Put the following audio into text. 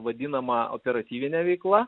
vadinama operatyvine veikla